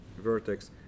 vertex